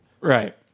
Right